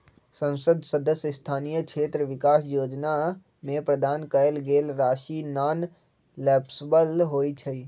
संसद सदस्य स्थानीय क्षेत्र विकास जोजना में प्रदान कएल गेल राशि नॉन लैप्सबल होइ छइ